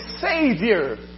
Savior